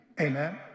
Amen